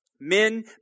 Men